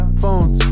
phones